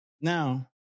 now